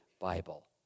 Bible